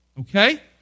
Okay